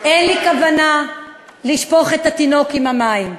אין לי כוונה לשפוך את התינוק עם המים.